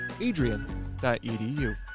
Adrian.edu